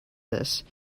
this